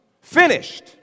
Finished